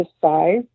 size